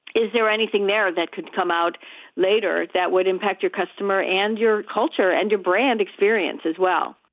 is there anything there that could come out later that would impact your customer and your culture and your brand experience as well?